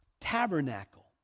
tabernacle